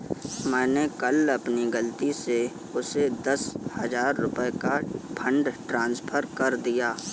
मैंने कल अपनी गलती से उसे दस हजार रुपया का फ़ंड ट्रांस्फर कर दिया